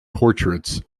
portraits